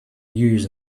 years